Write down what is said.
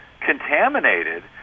contaminated